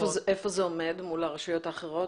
איפה זה עומד מול הרשויות האחרות?